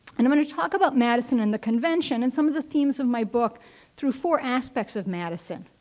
and i'm going talk about madison and the convention and some of the themes of my book through four aspects of madison,